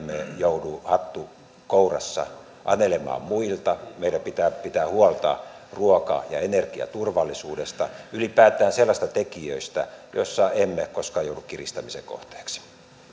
joudu hattu kourassa anelemaan muilta meidän pitää pitää huolta ruoka ja energiaturvallisuudesta ylipäätään sellaisista tekijöistä joissa emme koskaan joudu kiristämisen kohteeksi